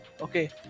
Okay